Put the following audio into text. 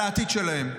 על העתיד שלהם?